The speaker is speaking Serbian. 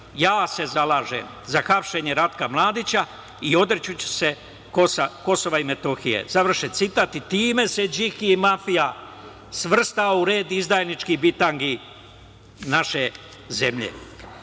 ja se zalažem za hapšenje Ratka Mladića i odreći ću se Kosova i Metohije, završen citat i time se Điki mafija svrstao u red izdajničkih bitangi naše